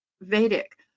Vedic